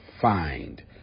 find